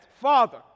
father